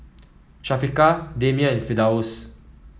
Syafiqah Damia and Firdaus